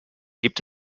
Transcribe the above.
gibt